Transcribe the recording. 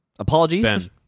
apologies